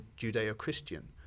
Judeo-Christian